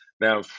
Now